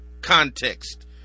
context